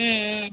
ம்ம்